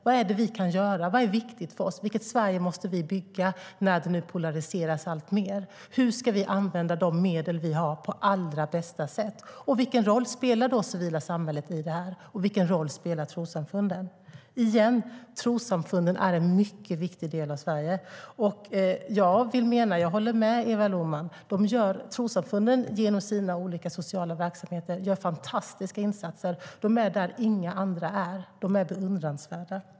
Vad är det vi kan göra? Vad är viktigt för oss? Vilket Sverige måste vi bygga när det nu polariseras alltmer? Hur ska vi använda de medel vi har på allra bästa sätt? Vilken roll spelar då det civila samhället i det här, och vilken roll spelar trossamfunden? Igen: Trossamfunden är en mycket viktig del av Sverige. Jag håller med Eva Lohman: Trossamfunden gör fantastiska insatser genom sina olika sociala verksamheter. De är där inga andra är. De är beundransvärda.